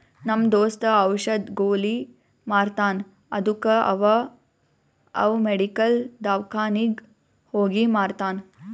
ನಮ್ ದೋಸ್ತ ಔಷದ್, ಗೊಲಿ ಮಾರ್ತಾನ್ ಅದ್ದುಕ ಅವಾ ಅವ್ ಮೆಡಿಕಲ್, ದವ್ಕಾನಿಗ್ ಹೋಗಿ ಮಾರ್ತಾನ್